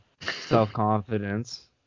self-confidence